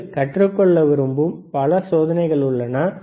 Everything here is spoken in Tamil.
நீங்கள் கற்றுக் கொள்ள விரும்பும் பல சோதனைகள் உள்ளன